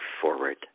forward